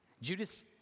Judas